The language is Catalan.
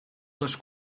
les